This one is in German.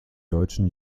deutschen